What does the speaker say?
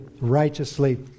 righteously